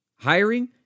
Hiring